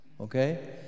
Okay